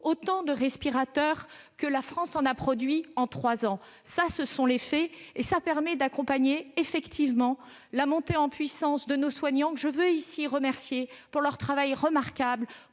autant de respirateurs que la France en a produits en trois ans. Tels sont les faits ! Ces mesures permettent d'accompagner la montée en puissance de nos soignants, que je veux ici remercier pour leur travail remarquable